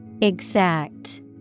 Exact